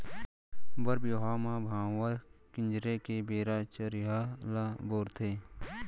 बर बिहाव म भांवर किंजरे के बेरा चरिहा ल बउरथे